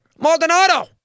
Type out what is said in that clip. Maldonado